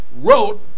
wrote